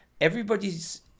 everybody's –